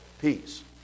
peace